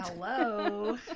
Hello